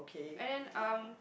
and then um